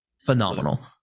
Phenomenal